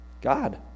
God